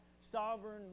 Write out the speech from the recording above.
Sovereign